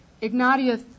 Ignatius